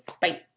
bye